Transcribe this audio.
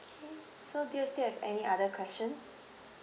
okay so do you still have any other questions